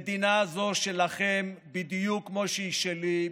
המדינה הזו שלכם בדיוק כמו שהיא שלי,